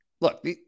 look